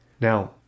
Now